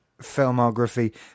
filmography